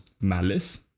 malice